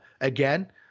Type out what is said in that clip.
again